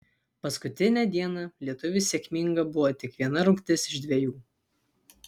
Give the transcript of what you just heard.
paskutinę dieną lietuviui sėkminga buvo tik viena rungtis iš dvejų